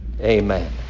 Amen